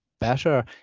better